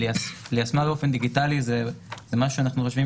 "ליישמה באופן דיגיטלי" זה מה שאנחנו חושבים